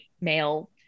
male